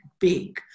big